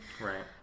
Right